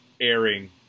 airing